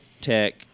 Tech